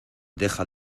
deja